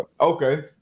Okay